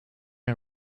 not